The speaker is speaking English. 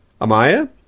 Amaya